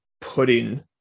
putting